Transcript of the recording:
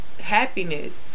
happiness